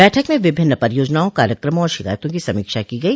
बैठक में विभिन्न परियोजनाओं कार्यक्रमों और शिकायतों की समीक्षा की गई